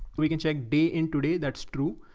we can check be in today. that's true.